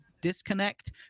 disconnect